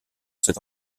cet